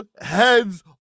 heads